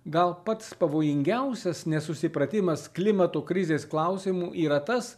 gal pats pavojingiausias nesusipratimas klimato krizės klausimu yra tas